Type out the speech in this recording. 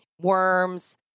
worms